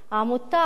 העמותה "זוכרות"